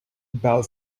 about